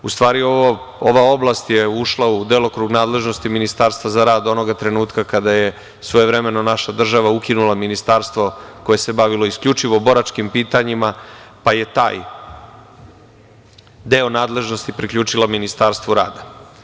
U stvari, ova oblast je ušla u delokrug nadležnosti Ministarstva za rad onog trenutka kada je svojevremeno naša država ukinula ministarstvo koje se bavilo isključivo boračkim pitanjima, pa je taj deo nadležnosti priključila Ministarstvu rada.